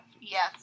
Yes